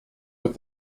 with